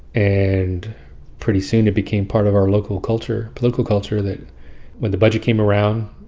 and pretty soon, it became part of our local culture, political culture that when the budget came around,